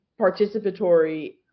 participatory